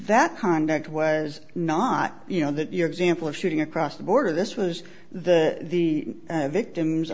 that conduct was not you know that your example of shooting across the border this was the the victims